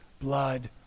blood